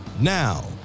Now